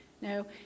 No